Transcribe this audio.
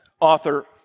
author